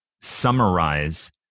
summarize